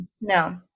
No